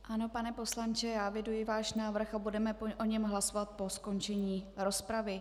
Ano, pane poslanče, já eviduji váš návrh a budeme o něm hlasovat po skončení rozpravy.